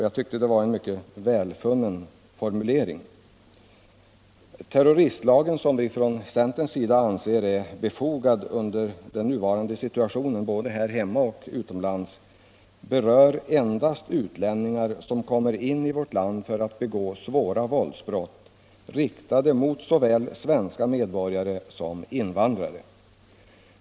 Jag tycker att det är en mycket välfunnen formulering. Terroristlagen, som vi från centerns sida anser vara befogad i nuvarande situation både här hemma och utomlands, berör endast utlänningar som kommer in i vårt land för att begå svåra våldsbrott, riktade mot såväl svenska medborgare som invandrare.